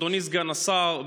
אדוני סגן השר,